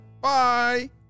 Bye